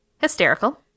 hysterical